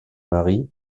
mari